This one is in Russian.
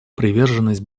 приверженность